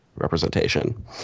representation